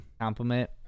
compliment